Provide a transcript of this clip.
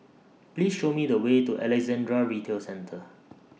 Please Show Me The Way to Alexandra Retail Centre